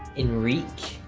enriqe?